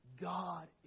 God